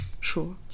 sure